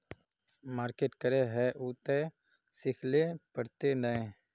Market करे है उ ते सिखले पड़ते नय?